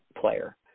player